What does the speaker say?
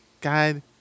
God